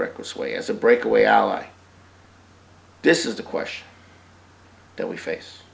reckless way as a breakaway ally this is the question that we face